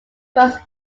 bus